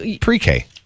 Pre-K